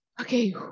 okay